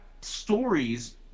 stories